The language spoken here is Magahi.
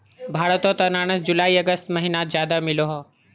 भारतोत अनानास जुलाई अगस्त महिनात ज्यादा मिलोह